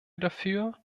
dafür